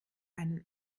einen